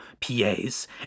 PAs